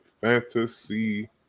fantasy